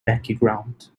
background